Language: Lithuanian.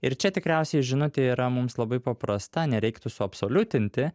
ir čia tikriausiai žinutė yra mums labai paprasta nereiktų suabsoliutinti